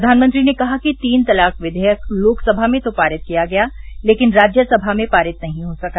प्रधानमंत्री ने कहा कि तीन तलाक विधेयक लोकसभा में तो पारित किया गया लेकिन राज्यसभा में पारित नहीं हो सका